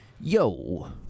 Yo